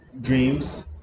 dreams